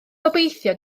gobeithio